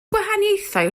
gwahaniaethau